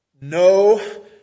No